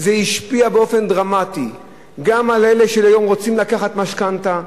זה השפיע באופן דרמטי גם על אלה שהיום רוצים לקחת משכנתה,